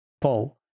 Paul